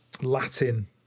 Latin